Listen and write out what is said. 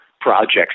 projects